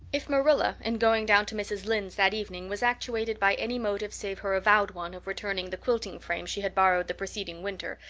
if marilla, in going down to mrs. lynde's that evening, was actuated by any motive save her avowed one of returning the quilting frames she had borrowed the preceding winter,